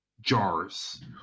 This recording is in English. jars